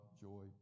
joy